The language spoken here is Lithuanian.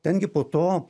ten gi po to